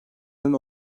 eden